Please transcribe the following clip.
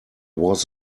was